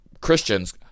Christians